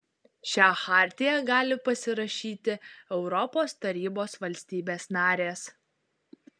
šią chartiją gali pasirašyti europos tarybos valstybės narės